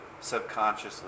subconsciously